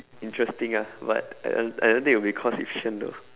interesting ah but I don't think it will be cost efficient though